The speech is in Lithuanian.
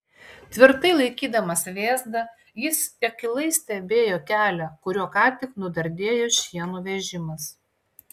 tvirtai laikydamas vėzdą jis akylai stebėjo kelią kuriuo ką tik nudardėjo šieno vežimas